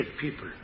people